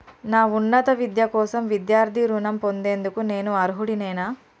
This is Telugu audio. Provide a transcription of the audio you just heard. నా ఉన్నత విద్య కోసం విద్యార్థి రుణం పొందేందుకు నేను అర్హుడినేనా?